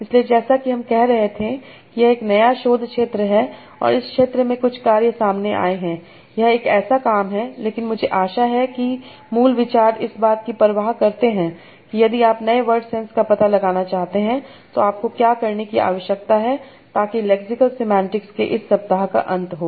इसलिए जैसा कि हम कह रहे थे कि यह एक नया शोध क्षेत्र है और इस क्षेत्र में कुछ कार्य सामने आए हैं यह एक ऐसा काम है लेकिन मुझे आशा है कि मूल विचार इस बात की परवाह करते हैं कि यदि आप नए वर्ड सेंस का पता लगाना चाहते हैं तो आपको क्या करने की आवश्यकता है ताकि लेक्सिकल सेमांटिक्स के इस सप्ताह का अंत हो